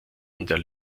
der